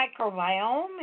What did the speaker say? microbiome